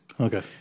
Okay